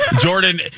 Jordan